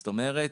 זאת אומרת,